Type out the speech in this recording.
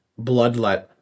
bloodlet